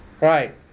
Right